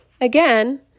again